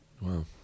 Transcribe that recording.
Wow